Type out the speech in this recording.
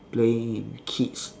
playing with kids